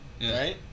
right